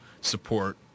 support